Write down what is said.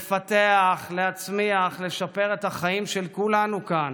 לפתח, להצמיח, לשפר את החיים של כולנו כאן